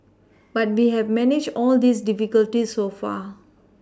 but we have managed all these difficulties so far